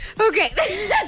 Okay